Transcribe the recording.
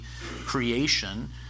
creation